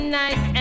nice